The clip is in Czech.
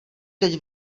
teď